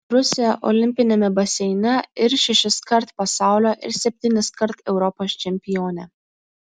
rusė olimpiniame baseine ir šešiskart pasaulio ir septyniskart europos čempionė